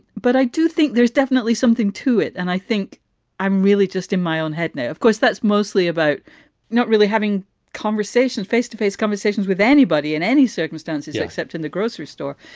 but i do think there's definitely something to it. and i think i'm really just in my own head now. of course, that's mostly about not really having conversation face to face conversations with anybody in any circumstances except in the grocery store.